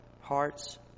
hearts